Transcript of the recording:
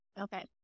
Okay